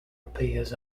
appears